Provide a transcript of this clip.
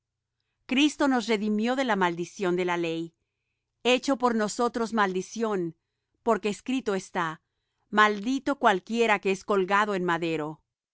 cristo nos redimió de la maldición de la ley hecho por nosotros maldición porque está escrito maldito cualquiera que es colgado en madero